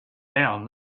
down